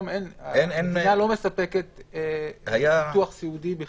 המדינה לא מספקת ביטוח סיעודי בכלל.